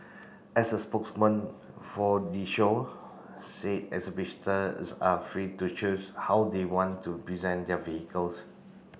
as a spokeswoman for the shower say exhibitors are free to choose how they want to present their vehicles